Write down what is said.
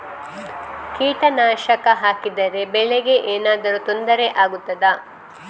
ಕೀಟನಾಶಕ ಹಾಕಿದರೆ ಬೆಳೆಗೆ ಏನಾದರೂ ತೊಂದರೆ ಆಗುತ್ತದಾ?